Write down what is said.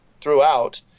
throughout